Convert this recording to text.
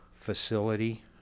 facility